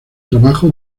trabajo